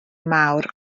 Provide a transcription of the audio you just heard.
mawr